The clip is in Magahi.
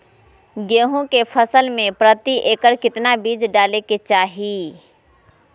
गेहूं के फसल में प्रति एकड़ कितना बीज डाले के चाहि?